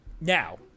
Now